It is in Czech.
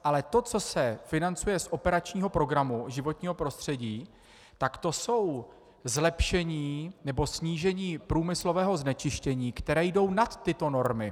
Ale to, co se financuje z operačního programu Životní prostředí, tak to jsou zlepšení nebo snížení průmyslového znečištění, která jdou nad tyto normy.